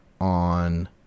on